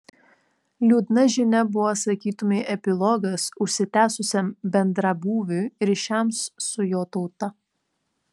liūdna žinia buvo sakytumei epilogas užsitęsusiam bendrabūviui ryšiams su jo tauta